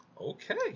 Okay